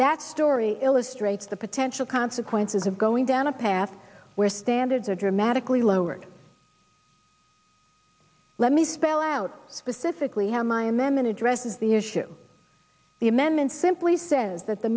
that story illustrates the potential consequences of going down a path where standards are dramatically lowered let me spell out with this sickly how my amendment addresses the issue the amendment simply says that the